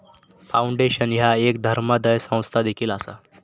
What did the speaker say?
foundation ह्या एक धर्मादाय संस्था देखील असा